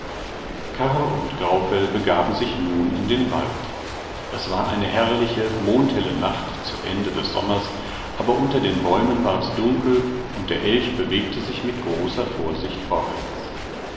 und graufell begaben sich nun in den wald es war eine herrliche mondhelle nacht zu ende des sommers aber unter den bäumen war es dunkel und der elch bewegte sich mit großer vorsicht vorwärts